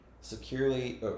securely